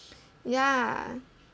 ya